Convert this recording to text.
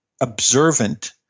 observant